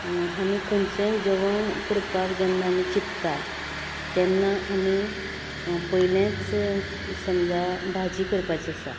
आमी खंयचेंय जेवण करपाक जेन्ना आमी चित्ता तेन्ना आमी पयलेंच समजा भाजी करपाची आसा